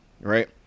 right